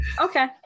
Okay